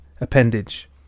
appendage